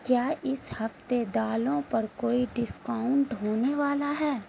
کیا اس ہفتے دالوں پر کوئی ڈسکاؤنٹ ہونے والا ہے